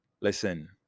Listen